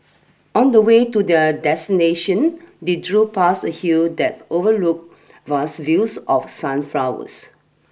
on the way to the destination they drove past a hill that overlooked vast fields of sunflowers